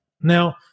Now